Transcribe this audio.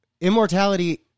Immortality